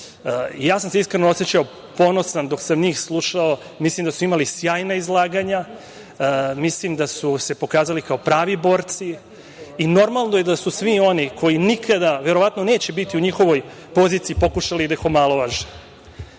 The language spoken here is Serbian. Ja sam se iskreno osećao ponosno dok sam njih slušao. Mislim da su imali sjajna izlaganja. Mislim da su se pokazali kao pravi borci i normalno je da su svi oni koji nikada, verovatno, neće biti njihovoj poziciji pokušali da ih omalovaže. Nemojte